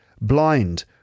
blind